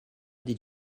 did